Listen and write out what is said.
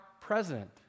president